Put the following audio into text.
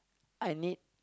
I need